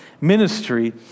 ministry